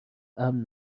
امن